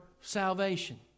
salvation